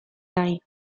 nahi